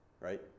right